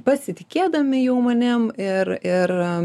pasitikėdami jau manim ir ir